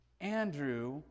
Andrew